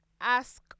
ask